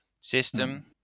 system